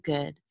Good